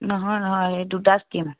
নহয় নহয় এই দুটা স্কিম